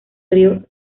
río